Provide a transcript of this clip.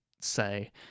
say